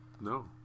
No